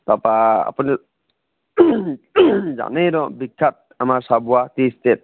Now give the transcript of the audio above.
তাপা আপুনি জানেই ন বিখ্যাত আমাৰ চাবুৱা টি ইষ্টেট